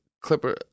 Clipper